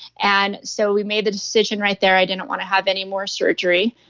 and so we made the decision right there. i didn't want to have any more surgery.